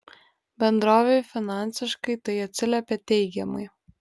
bendrovei finansiškai tai atsiliepė teigiamai